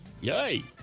Yay